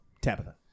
Tabitha